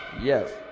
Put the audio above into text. yes